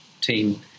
team